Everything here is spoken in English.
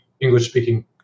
English-speaking